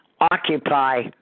Occupy